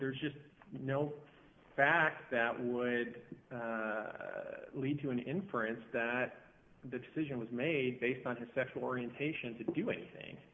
there's just no fact that would lead to an inference that the decision was made based on his sexual orientation to do anything